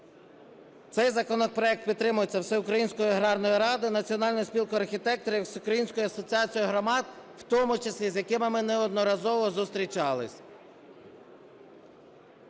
Цей законопроект підтримується Всеукраїнською аграрною радою, Національною спілкою архітекторів, Всеукраїнською асоціацією громад, в тому числі з якими ми неодноразово зустрічались.